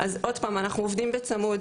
אז עוד פעם אנחנו עובדים בצמוד,